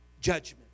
judgment